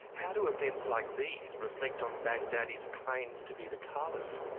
how do events like these reflect on baghdadi's claims to be the caliph?